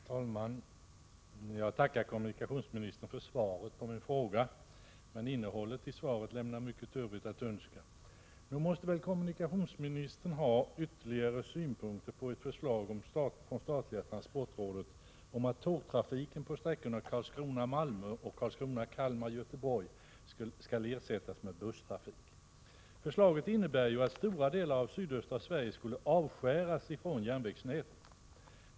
Herr talman! Jag tackar kommunikationsministern för svaret på min fråga, men innehållet i svaret lämnar mycket övrigt att önska. Nog måste väl kommunikationsministern ha ytterligare synpunkter på ett förslag från det statliga transportrådet om att tågtrafiken på sträckorna Karlskrona-Malmö och Karlskrona/Kalmar-Göteborg skall ersättas med busstrafik? Förslaget innebär ju att stora delar av sydöstra Sverige skärs av från järnvägsnätet.